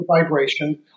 vibration